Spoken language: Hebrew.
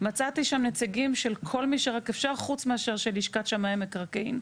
מצאתי שם נציגים של כל מי שרק אפשר חוץ מאשר של לשכת שמאי מקרקעין.